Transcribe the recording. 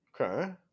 Okay